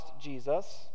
Jesus